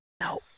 No